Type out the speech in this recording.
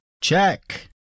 check